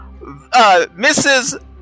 Mrs